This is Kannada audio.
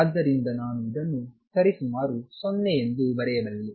ಆದ್ದರಿಂದ ನಾನು ಇದನ್ನು ಸರಿಸುಮಾರು 0 ಎಂದು ಬರೆಯಬಲ್ಲೆ